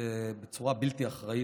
בצורה בלתי אחראית,